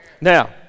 Now